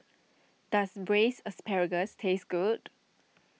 does Braised Asparagus taste good